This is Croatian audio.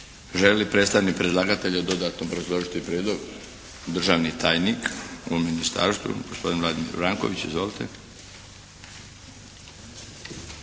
li predstavnik predlagatelja dodatno obrazložiti prijedlog? Državni tajnik u ministarstvu, gospodin Vladimir Vranković. Izvolite.